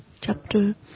chapter